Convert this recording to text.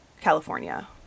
California